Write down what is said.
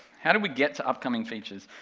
how do we get to upcoming features,